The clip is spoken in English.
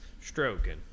Stroking